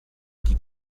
qui